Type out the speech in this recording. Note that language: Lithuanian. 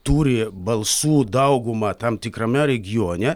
turi balsų daugumą tam tikrame regione